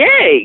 Yay